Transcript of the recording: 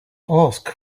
ask